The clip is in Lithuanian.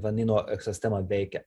vanyno eksistema veikia